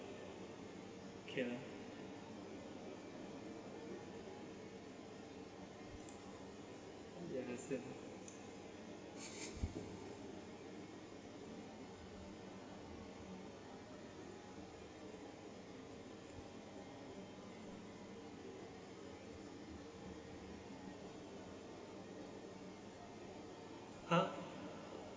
okay lah !huh!